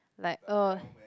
like uh